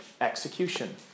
execution